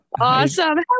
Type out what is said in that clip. Awesome